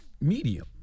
medium